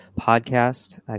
podcast